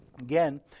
Again